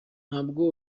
ntabwo